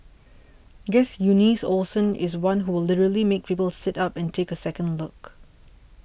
guess Eunice Olsen is one who will literally make people sit up and take a second look